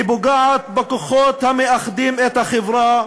היא פוגעת בכוחות המאחדים את החברה,